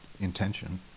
intention